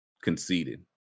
Conceded